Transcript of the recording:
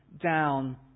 down